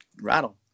rattle